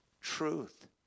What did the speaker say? truth